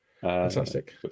fantastic